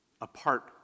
apart